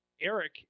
Eric